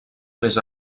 més